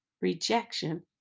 Rejection